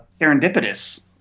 serendipitous